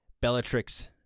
Bellatrix